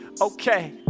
Okay